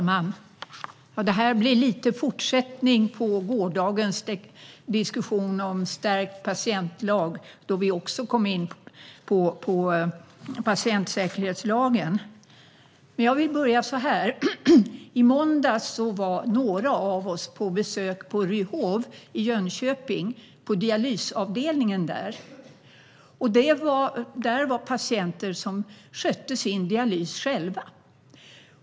Herr talman! Det här blir lite av en fortsättning på gårdagens diskussion om en stärkt patientlag, då vi också kom in på patientsäkerhetslagen. I måndags var några av oss på besök på Ryhov i Jönköping, på dialysavdelningen. Där var det patienter som skötte sin dialys själva.